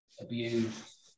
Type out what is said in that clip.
abuse